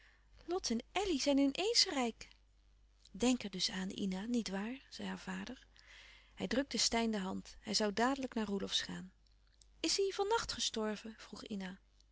lot en elly zijn in eens rijk denk er dus aan ina niet waar zei haar vader hij drukte steyn de hand hij zoû dadelijk naar roelofsz gaan is hij van nacht gestorven vroeg ina